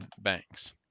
banks